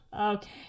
okay